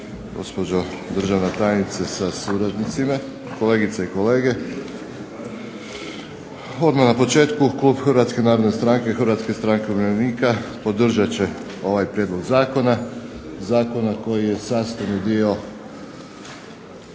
gospođo državna tajnice sa suradnicima, kolegice i kolege. Odmah na početku klub Hrvatske narodne stranke, Hrvatske stranke umirovljenika podržat će ovaj prijedlog zakona, zakona koji je sastavni dio